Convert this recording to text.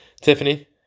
Tiffany